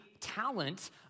talent